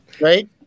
right